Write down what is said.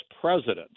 president